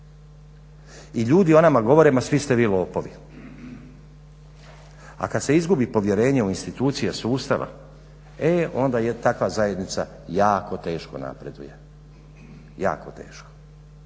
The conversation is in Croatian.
I ljudi o nama govore ma svi ste vi lopovi, a kad se izgubi povjerenje u institucije sustava e onda je takva zajednica jako teško napreduju, jako teško